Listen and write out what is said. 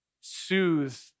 soothe